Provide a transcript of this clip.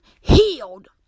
healed